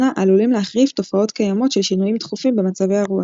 עלולים להחריף תופעות קיימות של שינויים תכופים במצבי הרוח.